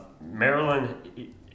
maryland